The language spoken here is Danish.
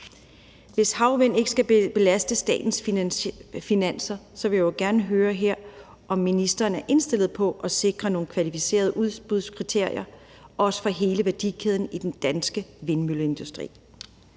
at havvind skal belaste statens finanser, vil jeg gerne høre her, om ministeren er indstillet på at sikre nogle kvalificerede udbudskriterier for hele værdikæden i den danske vindmølleindustri.